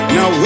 Now